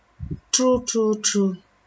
true true true